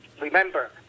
Remember